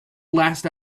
last